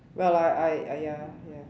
well I I I ya ya